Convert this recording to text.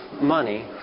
money